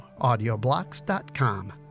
audioblocks.com